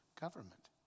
government